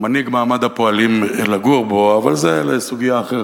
מנהיג מעמד הפועלים לגור בו, אבל זה לסוגיה אחרת.